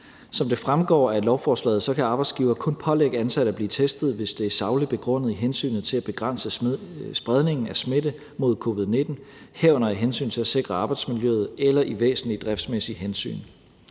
Som det fremgår af lovforslaget, kan arbejdsgivere kun pålægge ansatte at blive testet, hvis det er sagligt begrundet i hensynet til at begrænse spredningen af smitte med covid-19, herunder af hensyn til at sikre arbejdsmiljøet, eller i væsentlige driftsmæssige hensyn.